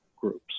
groups